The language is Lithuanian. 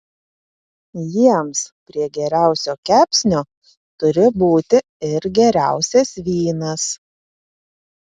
jiems prie geriausio kepsnio turi būti ir geriausias vynas